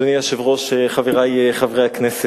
אדוני היושב-ראש, חברי חברי הכנסת,